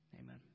Amen